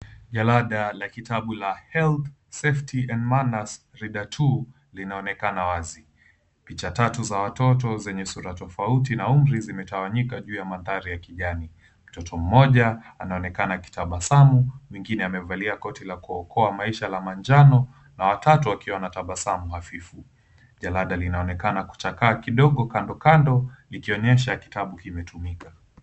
Jalada la kitabu la Health, Safety and Manners Reader 2, linaonekana wazi. Picha tatu za watoto zenye sura tofauti na umri zimetawanyika juu ya mandhari ya kijani. Mtoto mmoja anaonekana akitabasamu, mwengine amevalia koti la kuokoa maisha na manjano, na watatu wakiwa wanatabasamu hafifu. Jalada linaonekana kuchakaa kidogo kandokando ikionyesha kitabu kimetumika.